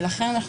ולכן,